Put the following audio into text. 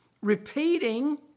repeating